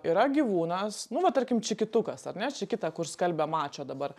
yra gyvūnas nu va tarkim čikitukas ar ne čikita kur skalbia mačo dabar